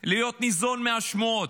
להיות ניזון מהשמועות,